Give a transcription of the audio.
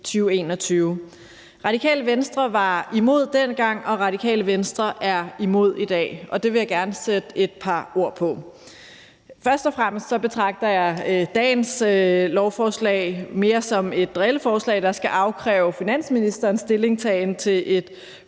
2021. Radikale Venstre var imod dengang, og Radikale Venstre er imod i dag, og det vil jeg gerne sætte et par ord på. Først og fremmest betragter jeg dagens lovforslag mere som et drilleforslag, der skal afkræve finansministeren en stillingtagen til et